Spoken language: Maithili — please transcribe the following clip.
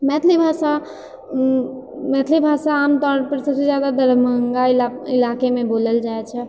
मैथिली भाषा मैथिली भाषा आमतौर पे सबसँ जादा दरभङ्गा इलाकेमे बोलल जाइत छै